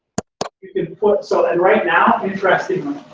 you can put. so and right now, interestingly,